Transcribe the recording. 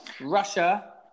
Russia